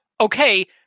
Okay